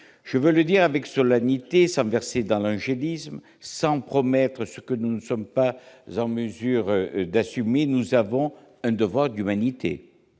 Je veux le dire avec solennité, sans verser dans l'angélisme, sans promettre ce que nous ne sommes pas en mesure d'assumer, nous avons un devoir d'humanité